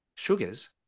Sugars